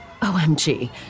OMG